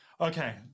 Okay